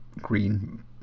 Green